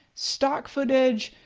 stock footage,